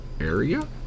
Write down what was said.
area